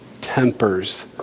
tempers